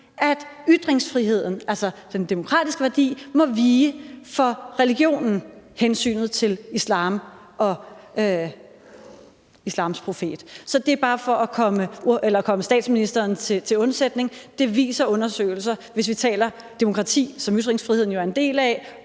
at ytringsfriheden som demokratisk værdi må vige for religion, for hensynet til islam og islams profet. Så det er bare for at komme statsministeren til undsætning. Det viser undersøgelser, hvis vi taler om demokrati, som ytringsfriheden jo er en del af,